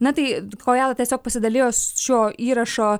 na tai kojala tiesiog pasidalijo s šiuo įrašo